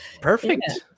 Perfect